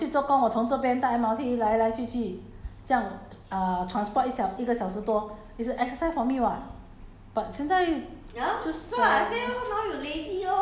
accumulate a lot of steps 没有我我以前也是 mah 我去做工我去做工我从这边搭 M_R_T 来来去去这样 uh transport 一小一个小时多 is a exercise for me [what]